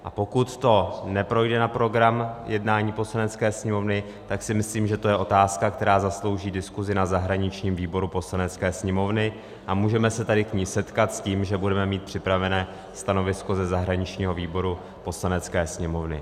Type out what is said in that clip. A pokud to neprojde na program jednání Poslanecké sněmovny, tak si myslím, že to je otázka, která zaslouží diskusi na zahraničním výboru Poslanecké sněmovny, a můžeme se tady k ní setkat s tím, že budeme mít připravené stanovisko ze zahraničního výboru Poslanecké sněmovny.